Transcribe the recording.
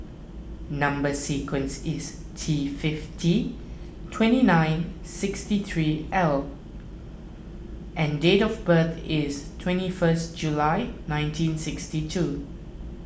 Number Sequence is T fifty twenty nine sixty three L and date of birth is twenty first July nineteen sixty two